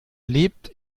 lebt